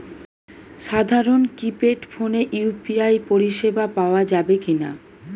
সাধারণ কিপেড ফোনে ইউ.পি.আই পরিসেবা পাওয়া যাবে কিনা?